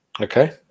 Okay